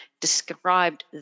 described